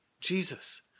Jesus